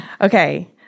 Okay